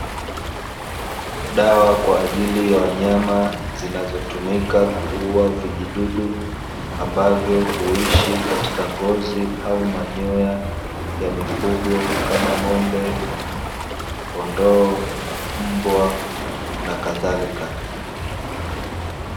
Dawa kwa ajili ya wanyama, zinazotumia kuuwa vijidudu, ambavyo huishi katika ngozi au manyoa ya mifugo, kama ng'ombe, kondoo, mbwa na kadhalika.